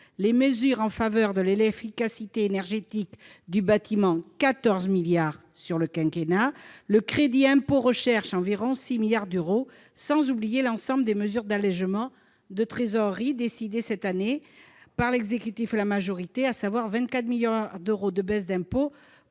les mesures en faveur de l'efficacité énergétique du bâtiment 14 milliards d'euros sur le quinquennat, le crédit d'impôt recherche environ 6 milliards d'euros. Et il ne faut pas oublier l'ensemble des mesures d'allégement de la trésorerie décidées cette année par l'exécutif et la majorité, qui atteignent 24 milliards d'euros en baisses d'impôts